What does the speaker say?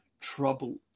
troubled